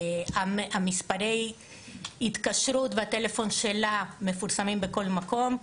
מספרי ההתקשרות והטלפון שלה מפורסמים בכל מקום.